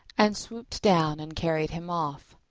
and swooped down and carried him off.